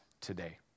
today